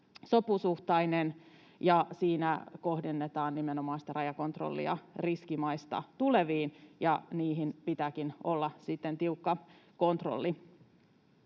sopusuhtainen. Siinä kohdennetaan sitä rajakontrollia nimenomaan riskimaista tuleviin, ja siinä pitääkin olla sitten tiukka kontrolli.